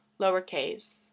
lowercase